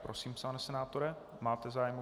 Prosím, pane senátore, máte zájem.